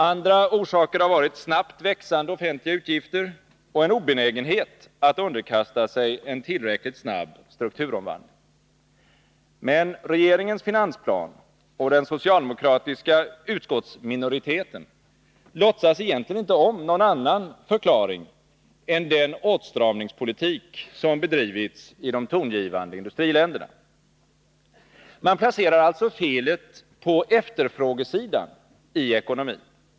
Andra orsaker har varit snabbt växande offentliga utgifter och en obenägenhet att underkasta sig en tillräckligt snabb strukturomvandling. Men regeringens finansplan och den socialdemokratiska utskottsminoriteten låtsas egentligen inte om någon annan förklaring än den åtstramningspolitik som bedrivits i de tongivande industriländerna. Man placerar alltså felet på efterfrågesidan i ekonomin.